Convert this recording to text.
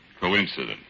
Coincidence